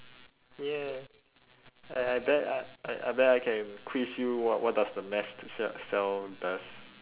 ya I I bet I I I bet I can quiz you what what does the mast to cell cell does